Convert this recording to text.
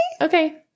Okay